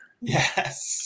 Yes